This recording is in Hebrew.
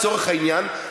לצורך העניין,